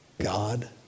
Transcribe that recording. God